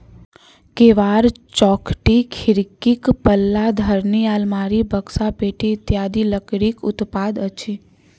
केबाड़, चौखटि, खिड़कीक पल्ला, धरनि, आलमारी, बकसा, पेटी इत्यादि लकड़ीक उत्पाद अछि